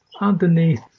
underneath